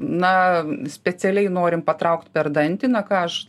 na specialiai norim patraukt per dantį na ką aš